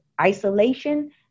isolation